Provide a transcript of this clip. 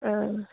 आं